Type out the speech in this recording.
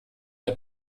der